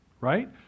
right